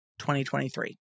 2023